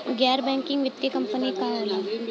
गैर बैकिंग वित्तीय कंपनी का होला?